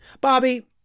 Bobby